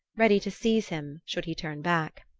ready to seize him should he turn back.